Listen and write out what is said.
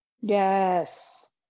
Yes